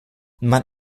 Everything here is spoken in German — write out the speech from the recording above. man